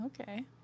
Okay